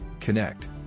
Connect